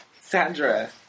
sandra